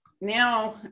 now